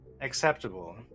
Acceptable